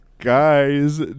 Guys